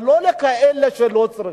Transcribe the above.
אבל לא לכאלה שלא צריכים.